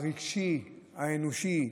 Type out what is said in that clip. הרגשי האנושי,